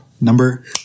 number